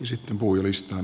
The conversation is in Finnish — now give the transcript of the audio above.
sitten puhujalistaan